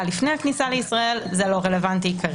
לפני הכניסה לישראל שכרגע זה לא רלוונטי.